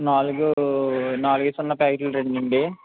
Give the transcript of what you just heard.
నాలుగూ నాలుగేసి ఉన్న ప్యాకెట్లు రెండండి